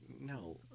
no